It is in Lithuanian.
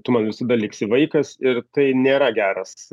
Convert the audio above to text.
tu man visada liksi vaikas ir tai nėra geras